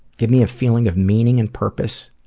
give me a feeling of meaning and purpose,